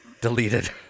deleted